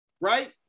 Right